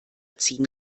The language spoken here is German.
ziehen